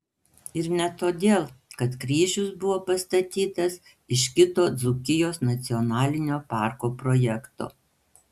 ir ne todėl kad kryžius buvo pastatytas iš kito dzūkijos nacionalinio parko projekto